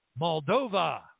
Moldova